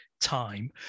time